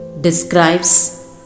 describes